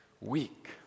weak